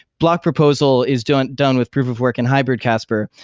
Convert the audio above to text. block proposal is done done with proof of work in hybrid casper,